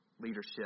leadership